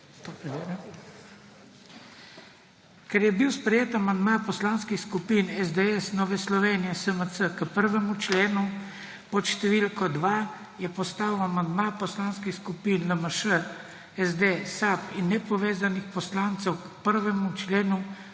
Ker je bil sprejet amandma poslanskih skupin SDS, Nove Slovenije, SMC k 1. členu pod številko 2, je postal amandma poslanskih skupin LMŠ, SD, SAB in nepovezanih poslancev k 1. členu